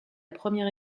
première